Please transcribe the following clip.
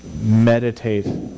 meditate